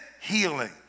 healing